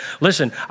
listen